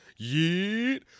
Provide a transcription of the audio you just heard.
Yeet